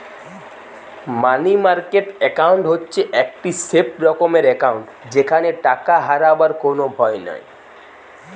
মানি market account হচ্ছে একটি safe রকমের একাউন্ট যেখানে টাকা হারাবার কোনো ভয় নাই